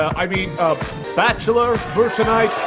i mean bachelor for tonight?